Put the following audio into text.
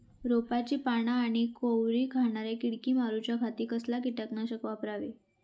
रोपाची पाना आनी कोवरी खाणाऱ्या किडीक मारूच्या खाती कसला किटकनाशक वापरावे?